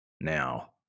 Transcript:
now